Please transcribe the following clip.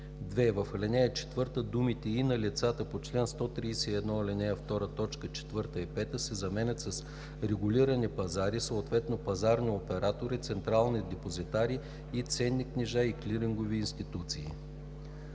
2. В ал. 4 думите „и на лицата по чл. 131, ал. 2, т. 4 и 5“ се заменят с „регулирани пазари, съответно пазарни оператори, централни депозитари на ценни книжа и клирингови институции“.“